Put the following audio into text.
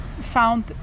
found